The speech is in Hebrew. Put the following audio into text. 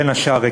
ובין השאר,